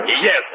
Yes